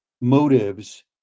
motives